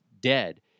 dead